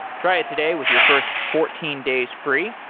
try it today with your first fourteen days free.